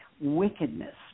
wickedness